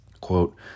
quote